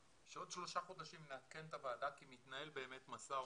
שעוד שלושה חודשים נעדכן את הוועדה כי מתנהל באמת משא ומתן,